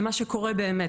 למה שקורה באמת,